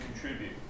contribute